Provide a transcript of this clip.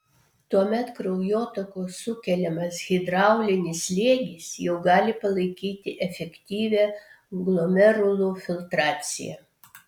tuomet kraujotakos sukeliamas hidraulinis slėgis jau gali palaikyti efektyvią glomerulų filtraciją